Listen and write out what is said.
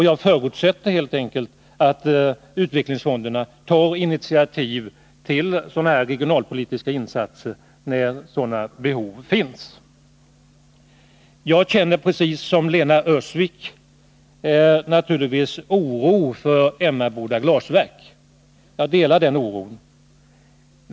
Jag förutsätter helt enkelt att utvecklingsfonderna tar initiativ till sådana här regionalpolitiska insatser när sådana behov finns. Jag känner naturligtvis precis som Lena Öhrsvik oro för Emmaboda Glas AB.